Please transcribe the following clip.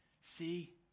see